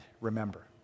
remember